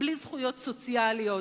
בלי זכויות סוציאליות,